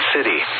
City